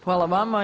Hvala vama.